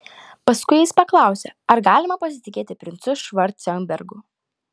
paskui jis paklausė ar galima pasitikėti princu švarcenbergu